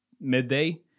midday